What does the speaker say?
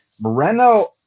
Moreno